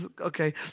Okay